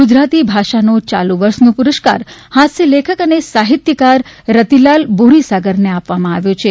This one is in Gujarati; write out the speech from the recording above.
ગુજરાતી ભાષાનો ચાલુ વર્ષનો પુરસ્કાર હાસ્ય લેખક અને સાહિત્યકાર રતિલાલ બોરીસાગરને આપવામા આવ્યો છે